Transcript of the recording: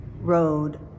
road